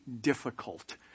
difficult